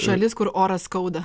šalis kur orą skauda